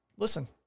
Listen